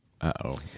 Uh-oh